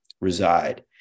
reside